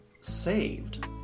saved